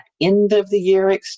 end-of-the-year